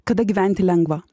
kada gyventi lengva